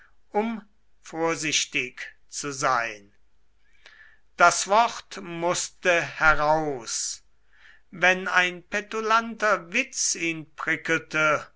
um vorsichtig zu sein das wort maßte heraus wenn ein petulanter witz ihn prickelte